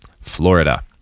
Florida